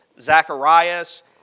Zacharias